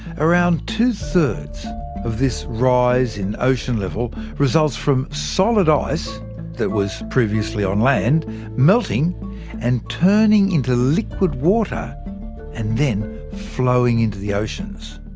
around two thirds of this rise in ocean level results from solid ice that was previously on land melting and turning into liquid water and then flowing into the oceans.